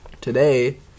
today